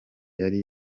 yari